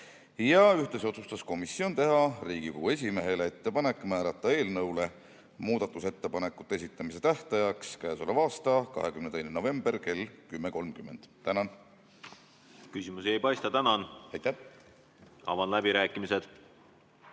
Ühtlasi otsustas komisjon teha Riigikogu esimehele ettepaneku määrata eelnõu muudatusettepanekute esitamise tähtajaks k.a 22. novembri kell 10.30. Tänan! Küsimusi ei paista. Tänan! Avan läbirääkimised.